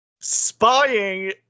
Spying